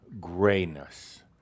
grayness